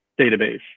database